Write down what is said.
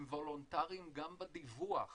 הם וולונטריים גם בדיווח